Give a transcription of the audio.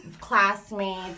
classmates